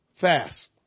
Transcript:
fast